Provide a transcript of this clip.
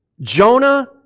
Jonah